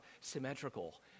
symmetrical